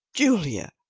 julia,